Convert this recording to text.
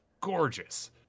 gorgeous